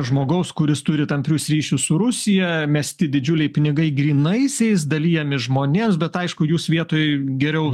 žmogaus kuris turi tamprius ryšius su rusija mesti didžiuliai pinigai grynaisiais dalijami žmonėms bet aišku jūs vietoj geriau